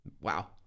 wow